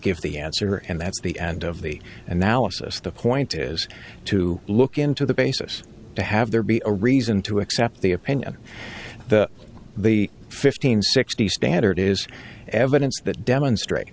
give the answer and that's the end of the analysis the point is to look into the basis to have there be a reason to accept the opinion of the fifteen sixty standard is evidence that demonstrate